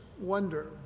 wonder